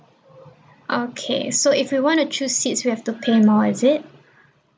okay so if we want to choose seats we have to pay more is it